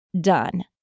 done